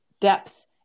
depth